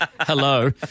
hello